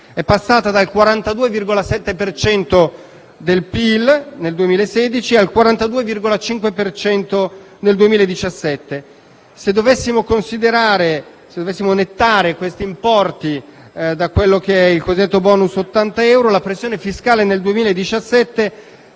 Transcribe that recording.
è passata dal 42,7 per cento del PIL nel 2016 al 42,5 per cento nel 2017. Se dovessimo nettare questi importi da quello che è il cosiddetto bonus di 80 euro, la pressione fiscale nel 2017